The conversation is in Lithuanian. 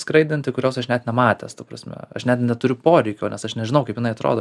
skraidanti kurios aš net nematęs ta prasme aš net neturiu poreikio nes aš nežinau kaip jinai atrodo